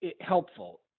helpful